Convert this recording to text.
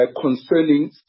concerning